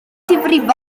ddifrifol